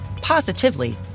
positively